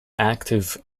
active